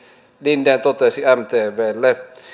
linden totesi mtvlle